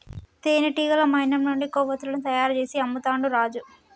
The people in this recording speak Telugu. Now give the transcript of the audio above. తేనెటీగ మైనం నుండి కొవ్వతులను తయారు చేసి అమ్ముతాండు రాజు